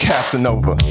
Casanova